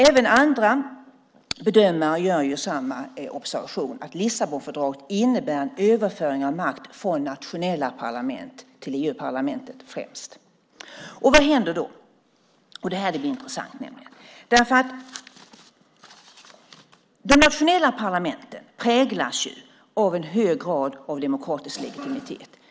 Även andra bedömare gör samma observation, nämligen att Lissabonfördraget innebär en överföring av makt från nationella parlament till EU-parlamentet främst. Vad händer då? Detta är intressant. De nationella parlamenten präglas ju av en hög grad av demokratisk legitimitet.